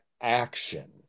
action